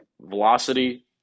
velocity